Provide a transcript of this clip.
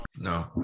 no